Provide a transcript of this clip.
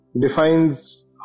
defines